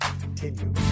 continue